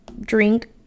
drink